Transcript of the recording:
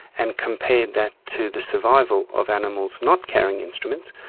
and compared that to the survival of animals not carrying instruments,